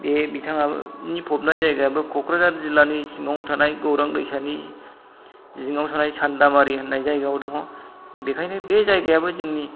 बे बिथांनि फबनाय जायगायाबो क'क्राझार जिल्लानि सिङावनो थानाय गौरां दैसानि जिङाव थानाय सान्दामारि होननाय जायगायाव दङ बेखायनो बे जायगायाबो जोंनि